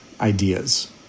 ideas